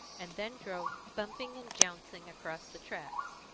and then drove bumping and jouncing across the tracks.